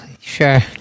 Sure